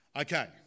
Okay